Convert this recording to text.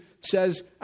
says